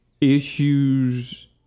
issues